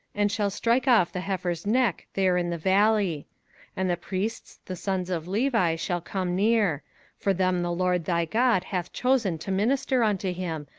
and shall strike off the heifer's neck there in the valley and the priests the sons of levi shall come near for them the lord thy god hath chosen to minister unto him,